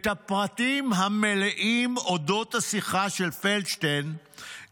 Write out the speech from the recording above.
את הפרטים המלאים אודות השיחה של פלדשטיין